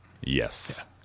Yes